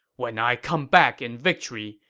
when i come back in victory,